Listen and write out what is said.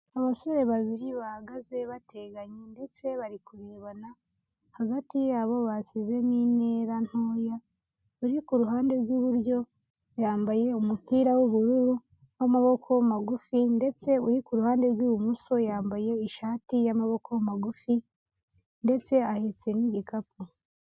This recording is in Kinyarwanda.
Abasore babiri bahagaze bateganye ndetse bari kurebana hagati yabo basizemo intera ntoya, uri kuruhande rw'iburyo yambaye umupira w'ubururu w'amaboko magufi ndetse uri kuruhande rw'ibumoso yambaye ishati y'amaboko magufi ndetse ahetse n'igikapu.